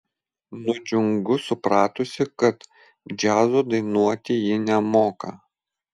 nudžiungu supratusi kad džiazo dainuoti ji nemoka